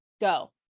go